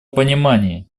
понимание